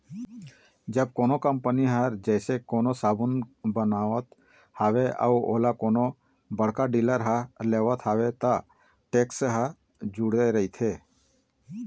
जब कोनो कंपनी ह जइसे कोनो साबून बनावत हवय अउ ओला कोनो बड़का डीलर ह लेवत हवय त टेक्स ह जूड़े रहिथे